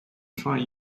try